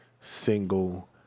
single